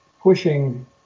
pushing